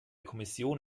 kommission